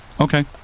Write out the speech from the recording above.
Okay